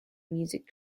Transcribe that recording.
music